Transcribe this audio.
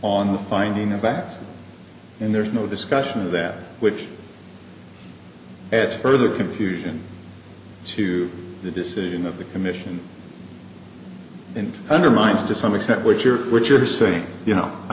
the finding of fact and there's no discussion that would add further confusion to the decision of the commission and undermines to some extent what you're what you're saying you know i